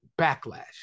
backlash